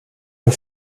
der